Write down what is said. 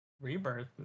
Rebirth